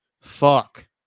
fuck